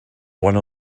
one